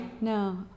no